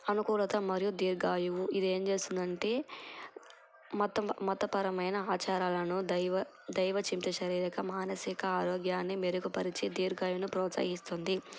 అనుకూలత మరియు దీర్ఘాయువు ఇదేం చేస్తుంది అంటే మత మతపరమైన ఆచారాలను దైవ దైవచింత శారీరక మానసిక ఆరోగ్యాన్ని మెరుగుపరిచే దీర్ఘాయువును ప్రోత్సహిస్తుంది